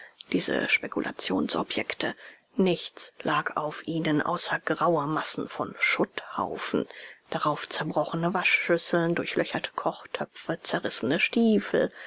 diese spekulationsobjekte nichts lag auf ihnen außer grauen massen von schutthaufen darauf zerbrochene waschschüsseln durchlöcherte kochtöpfe zerrissene stiefel